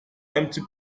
empty